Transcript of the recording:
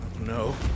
No